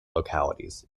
localities